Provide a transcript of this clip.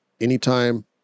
Anytime